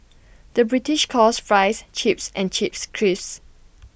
the British calls Fries Chips and Chips Crisps